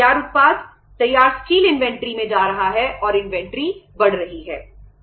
उत्पाद तैयार उत्पाद तैयार स्टील इन्वेंट्री में जा रहा है और इन्वेंट्री बढ़ रही है